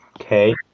okay